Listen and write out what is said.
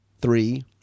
three